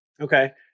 Okay